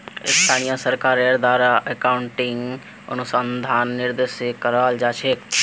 स्थानीय सरकारेर द्वारे अकाउन्टिंग अनुसंधानक निर्देशित कराल जा छेक